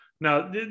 now